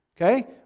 okay